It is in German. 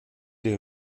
die